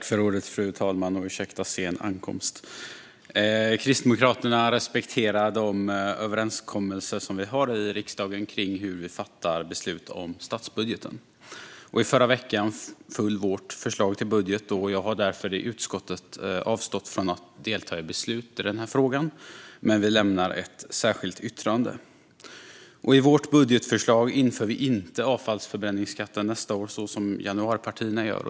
Fru talman! Kristdemokraterna respekterar de överenskommelser som vi har i riksdagen för hur vi fattar beslut om statsbudgeten. I förra veckan föll vårt förslag till budget. Jag har därför i utskottet avstått från att delta i beslut i denna fråga. Men vi har ett särskilt yttrande. I vårt budgetförslag inför vi inte avfallsförbränningsskatten nästa år, så som januaripartierna gör.